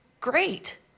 Great